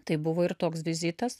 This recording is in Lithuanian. tai buvo ir toks vizitas